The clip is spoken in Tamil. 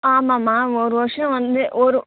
ஆமாம்மா ஒரு வர்ஷம் வந்து ஒரு